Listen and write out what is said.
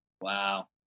Wow